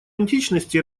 античности